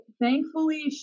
thankfully